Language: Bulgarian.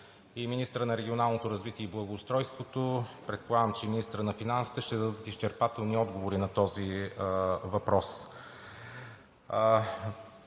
и министърът на регионалното развитие и благоустройството, предполагам, че и министърът на финансите, ще дадат изчерпателни отговори на този въпрос.